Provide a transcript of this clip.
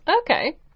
Okay